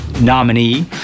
nominee